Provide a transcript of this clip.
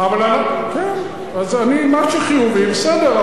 כן, מה שחיובי בסדר.